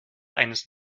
eines